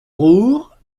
roure